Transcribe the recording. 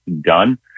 done